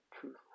truth